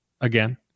again